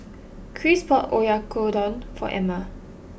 Kris bought Oyakodon for Emmer